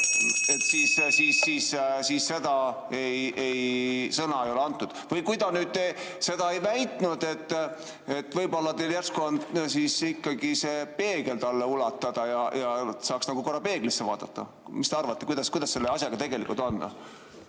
seda ei sõna ei ole antud. Või kui ta nüüd seda ei väitnud, võib-olla teil järsku on ikkagi peegel talle ulatada ja ta saaks nagu korra peeglisse vaadata. Mis te arvate, kuidas selle asjaga tegelikult on?